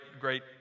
great